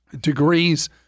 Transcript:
degrees